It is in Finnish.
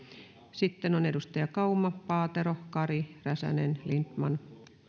sitten ovat edustajat kauma paatero kari räsänen lindtman